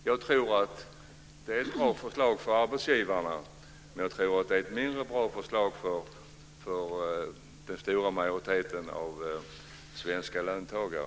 Jag tror att det är ett bra förslag för arbetsgivarna, men jag tror att det är ett mindre bra förslag för den stora majoriteten av svenska löntagare.